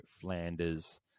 Flanders